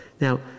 Now